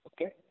Okay